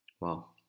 Wow